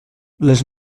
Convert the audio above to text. les